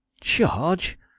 Charge